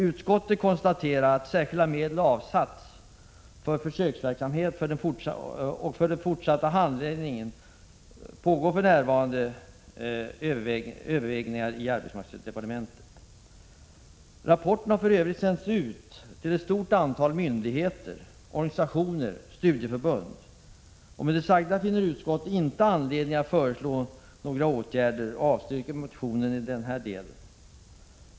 Utskottet konstaterar att särskilda medel avsatts för försöksverksamhet och att den fortsatta handläggningen för närvarande övervägs inom arbetsmarknadsdepartementet. Rapporten har för övrigt sänts ut till ett stort antal myndigheter, organisationer och studieförbund. Med det sagda finner utskottet inte anledning att föreslå några åtgärder och avstyrker motionen i denna del.